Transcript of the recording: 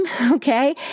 okay